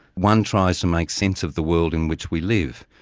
one tries to make sense of the world in which we live,